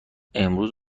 امروز